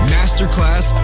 Masterclass